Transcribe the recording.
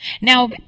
Now